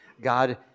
God